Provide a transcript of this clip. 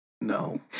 No